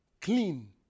clean